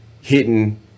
hitting